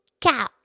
cow